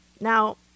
Now